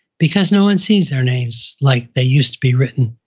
because no one sees their names like they used to be written.